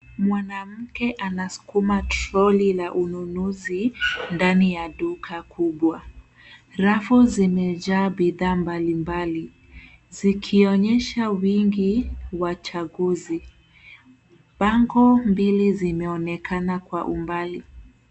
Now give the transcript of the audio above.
Mwanamke anasukuma troli la ununuzi ndani ya duka kubwa. Rafu zimejaa bidhaa mbalimbali, zikionyesha wingi wa chaguzi. Bango mbili zimeonekana kwa umbali.